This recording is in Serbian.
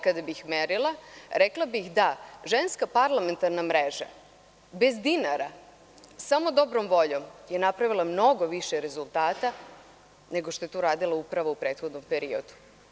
Kada bih ja merila, rekla bih da Ženska parlamentarna mreža bez dinara, samo dobrom voljom, je napravila mnogo više rezultata nego što je to uradila Uprava u prethodnom periodu.